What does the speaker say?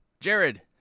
Jared